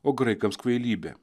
o graikams kvailybė